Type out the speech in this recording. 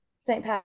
St